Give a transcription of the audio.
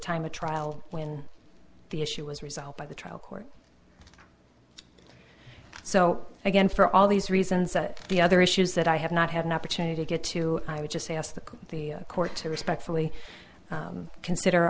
time of trial when the issue was resolved by the trial court so again for all these reasons that the other issues that i have not had an opportunity to get to i would just ask the court to respectfully consider